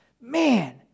man